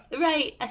Right